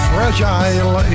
Fragile